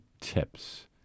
tips